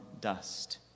dust